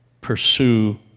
pursue